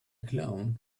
clown